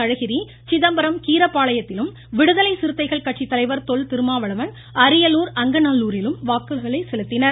அழகிரி சிதம்பரம் கீரபாளையத்திலும் விடுதலை சிறுத்தைகள் கட்சித்தலைவர் தொல் திருமாவளவன் அரியலூர் அங்கனூரிலும் வாக்குகளை செலுத்தினர்